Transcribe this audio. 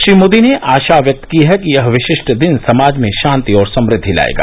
श्री मोदी ने आशा व्यक्त की है कि यह विशिष्ट दिन समाज में शांति और समृद्धि लाएगा